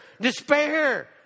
despair